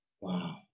Wow